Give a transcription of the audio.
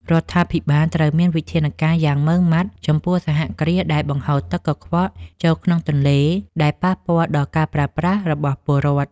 រដ្ឋាភិបាលត្រូវមានវិធានការយ៉ាងម៉ឺងម៉ាត់ចំពោះសហគ្រាសដែលបង្ហូរទឹកកខ្វក់ចូលក្នុងទន្លេដែលប៉ះពាល់ដល់ការប្រើប្រាស់របស់ពលរដ្ឋ។